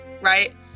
right